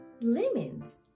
Lemons